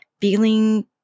feeling